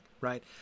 right